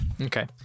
Okay